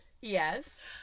Yes